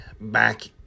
back